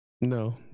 No